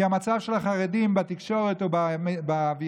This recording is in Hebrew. כי המצב של החרדים בתקשורת או באווירה